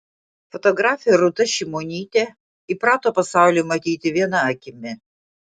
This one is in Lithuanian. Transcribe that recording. fotografė rūta šimonytė įprato pasaulį matyti viena akimi